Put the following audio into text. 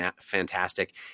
fantastic